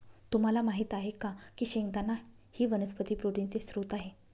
तुम्हाला माहित आहे का की शेंगदाणा ही वनस्पती प्रोटीनचे स्त्रोत आहे